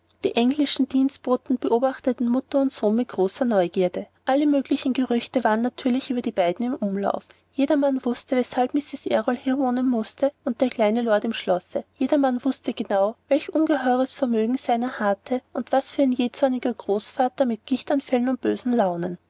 die englischen dienstboten beobachteten mutter und sohn mit großer neugierde alle möglichen gerüchte waren natürlich über die beiden im umlauf jedermann wußte weshalb mrs errol hier wohnen mußte und der kleine lord im schlosse jedermann wußte genau welch ungeheures vermögen seiner harrte und was für ein jähzorniger großvater mit gichtanfällen und bösen launen